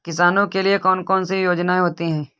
किसानों के लिए कौन कौन सी योजनायें होती हैं?